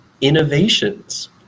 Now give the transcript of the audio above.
innovations